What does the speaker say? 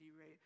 rate